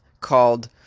called